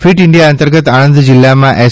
fit India અંતર્ગત આણંદ જીલ્લામાં S